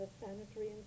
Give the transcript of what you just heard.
sanitary